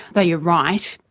though you're right,